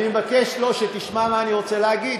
אני מבקש שתשמע מה אני רוצה להגיד.